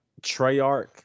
Treyarch